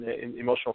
emotional